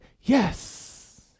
yes